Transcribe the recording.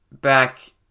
back